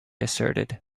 asserted